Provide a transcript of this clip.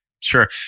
Sure